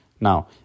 now